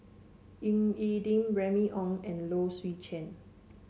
Ying E Ding Remy Ong and Low Swee Chen